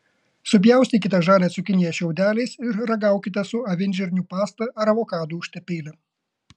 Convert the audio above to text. supjaustykite žalią cukiniją šiaudeliais ir ragaukite su avinžirnių pasta ar avokadų užtepėle